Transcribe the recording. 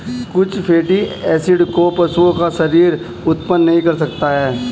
कुछ fatty acid को पशुओं का शरीर उत्पन्न नहीं कर सकता है